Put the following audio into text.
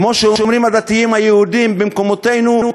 כמו שאומרים הדתיים היהודיים במקומותינו,